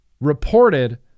reported